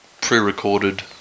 pre-recorded